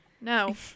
No